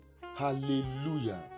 hallelujah